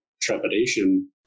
trepidation